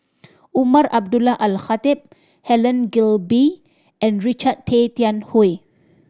Umar Abdullah Al Khatib Helen Gilbey and Richard Tay Tian Hoe